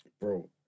bro